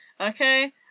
okay